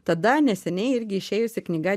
tada neseniai irgi išėjusi knyga